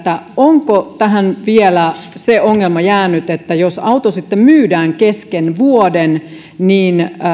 onko tähän vielä se ongelma jäänyt että jos auto sitten myydään kesken vuoden niin